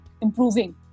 improving